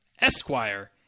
Esquire